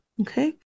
okay